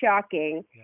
shocking